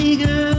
girl